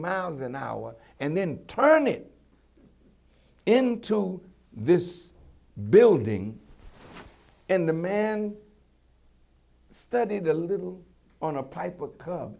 miles an hour and then turn it into this building and the man studied a little on a piper cub